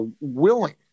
willing